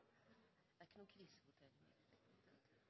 Det er ikke